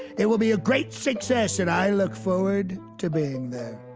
it will be a great success and i look forward to being there